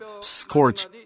scorch